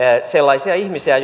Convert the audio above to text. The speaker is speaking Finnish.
sellaisia ihmisiä